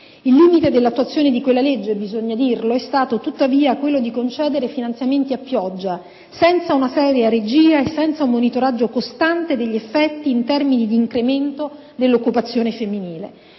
Il limite dell'attuazione di quella legge - bisogna dirlo - è stato tuttavia quello di concedere finanziamenti a pioggia, senza una seria regia e senza un monitoraggio costante degli effetti in termini di incremento dell'occupazione femminile.